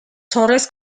torres